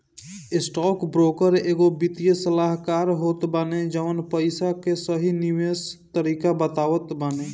stockbroker एगो वित्तीय सलाहकार होत बाने जवन पईसा कअ सही निवेश तरीका बतावत बाने